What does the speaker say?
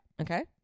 Okay